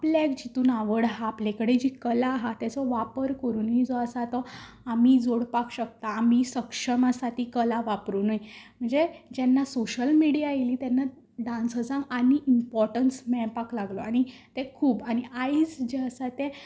पूण आपल्याक जितून आवड आसा आपल्या कडेन जी कला आसा तेचो वापर करुनीय जो आसा तो आमी जोडपाक शकता आमी सक्षम आसा ती कला वापरुनूय म्हणजे जेन्ना सोशल मिडिया येयली तेन्ना डान्सर्सांक आनी इमपोर्टंन्स मेळपाक लागलें तें खूब आनी आयज जें आसा तें